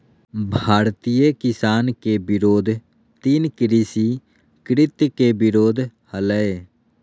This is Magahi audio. भारतीय किसान के विरोध तीन कृषि कृत्य के विरोध हलय